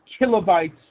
kilobytes